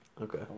Okay